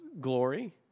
glory